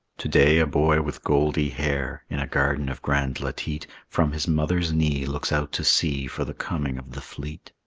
to-day a boy with goldy hair, in a garden of grand latite, from his mother's knee looks out to sea for the coming of the fleet.